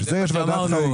לכן יש ועדת חריגים.